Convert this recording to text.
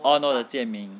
oh no the jian ming